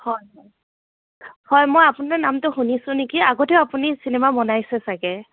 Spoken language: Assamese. হয় হয় হয় মই আপোনাৰ নামটো শুনিছোঁ নেকি আগতেও আপুনি চিনেমা বনাইছে চাগে